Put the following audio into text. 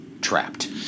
trapped